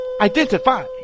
identify